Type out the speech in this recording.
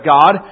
God